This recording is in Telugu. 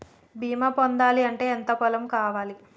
బీమా పొందాలి అంటే ఎంత పొలం కావాలి?